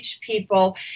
people